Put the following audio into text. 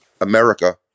America